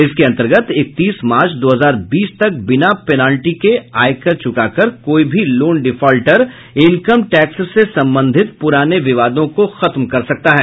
इसके अन्तर्गत इकतीस मार्च दो हजार बीस तक बिना पेनाल्टी के आयकर चुकाकर कोई भी लोन डिफॉल्टर इनकम टैक्स से संबंधित प्राने विवादों को खत्म कर सकता है